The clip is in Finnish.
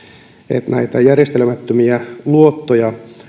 että näitä järjestelemättömiä luottoja